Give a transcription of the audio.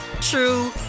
true